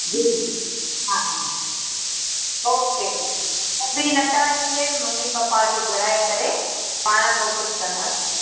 जी जी हा हा ओके ओके त बि नथो हिननि जे ममी पप्पा खे घुराइ करे पाण पोइ कुझु कंदासीं